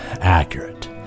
accurate